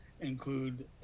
include